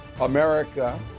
America